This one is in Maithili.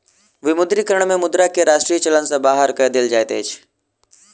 विमुद्रीकरण में मुद्रा के राष्ट्रीय चलन सॅ बाहर कय देल जाइत अछि